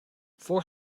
four